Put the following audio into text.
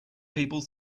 people